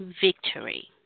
victory